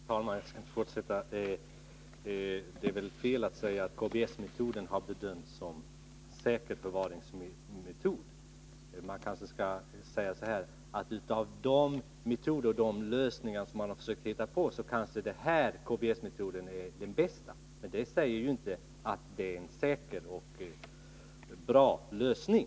Herr talman! Jag skall inte fortsätta debatten mycket längre. Men det är väl fel att säga att KBS-metoden har bedömts som en säker förvaringsmetod. Vi kanske skall säga, att av de lösningar som man har prövat är KBS-metoden den bästa. Men det säger inte att det är en säker och bra lösning.